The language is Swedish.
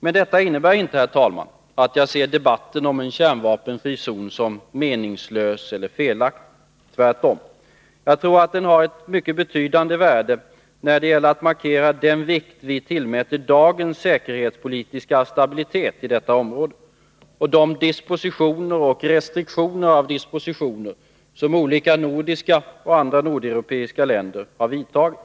Men detta innebär inte, herr talman, att jag ser debatten om en kärnvapenfri zon som meningslös eller felaktig — tvärtom. Jag tror att den har ett mycket betydande värde när det gäller att markera den vikt vi tillmäter dagens säkerhetspolitiska stabilitet i detta område och de dispositioner och restriktioner i fråga om dispositioner som olika nordiska och andra nordeuropeiska länder har vidtagit.